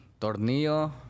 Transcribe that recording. Tornillo